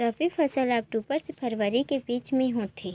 रबी फसल हा अक्टूबर से फ़रवरी के बिच में होथे